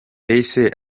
ese